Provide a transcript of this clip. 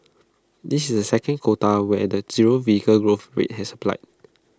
this is the second quota where the zero vehicle growth rate has applied